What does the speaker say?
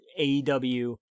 AEW